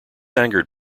angered